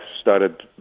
started